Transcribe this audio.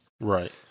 Right